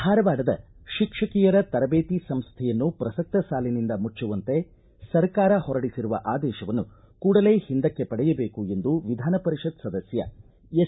ಧಾರವಾಡದ ಶಿಕ್ಷಕಿಯರ ತರಬೇತಿ ಸಂಸ್ಥೆಯನ್ನು ಪ್ರಸಕ್ತ ಸಾಲಿನಿಂದ ಮುಚ್ಚುವಂತೆ ಸರ್ಕಾರ ಹೊರಡಿಸಿರುವ ಆದೇಶವನ್ನು ಕೂಡಲೇ ಹಿಂದಕ್ಕೆ ಪಡೆಯಬೇಕು ಎಂದು ವಿಧಾನ ಪರಿಷತ್ ಸದಸ್ಯ ಎಸ್